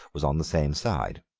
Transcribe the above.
was on the same side.